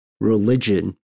religion